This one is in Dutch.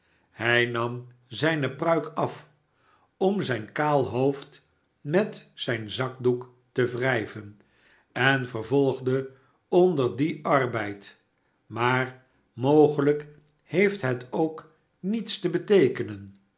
hij nam zijne pruik af om zijn kaal hoofd met zijn zakdoek te wrijven en vervolgde onder dien arbeid maar mogelijk heeft het k niets te beteekenen